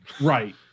right